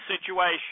situation